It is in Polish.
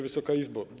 Wysoka Izbo!